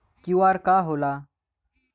QR का होला?